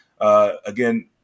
again